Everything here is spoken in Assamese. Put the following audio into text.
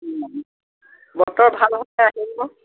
বতৰ ভাল হ'লে আহিব